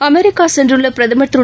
America சென்றுள்ள பிரதமர் திரு